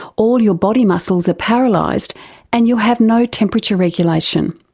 all your body muscles are paralysed and you have no temperature regulation.